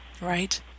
right